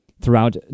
Throughout